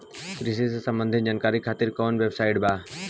कृषि से संबंधित जानकारी खातिर कवन वेबसाइट बा?